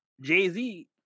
Jay-Z